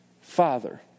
father